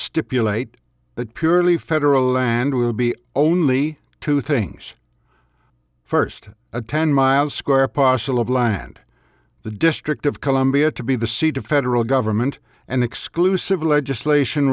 stipulate that purely federal land will be only two things first a ten mile square postle of land the district of columbia to be the seat of federal government and exclusive legislation